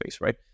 right